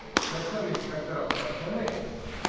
circle inspector of police,